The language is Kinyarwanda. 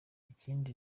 ikindi